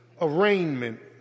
arraignment